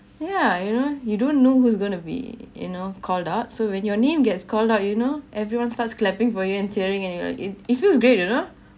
yeah you know you don't know who's gonna be you know called out so when your name gets called out you know everyone starts clapping for you and cheering and you were like it it feels great you know